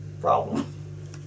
Problem